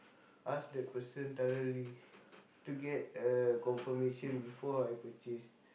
ask the person thoroughly to get a confirmation before I purchase